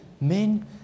men